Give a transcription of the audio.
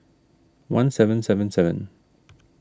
one seven seven sevenn